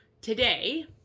today